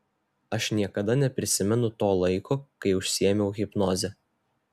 aš niekada neprisimenu to laiko kai užsiėmiau hipnoze